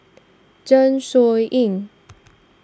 Zeng Shouyin